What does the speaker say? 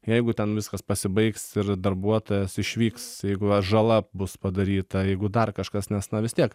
jeigu ten viskas pasibaigs ir darbuotojas išvyks jeigu žala bus padaryta jeigu dar kažkas nes na vis tiek